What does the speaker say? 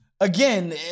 Again